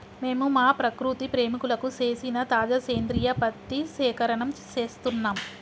మేము మా ప్రకృతి ప్రేమికులకు సేసిన తాజా సేంద్రియ పత్తి సేకరణం సేస్తున్నం